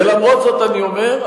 ולמרות זאת אני אומר,